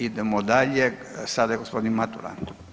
Idemo dalje, sada je gospodin Matula.